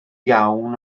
iawn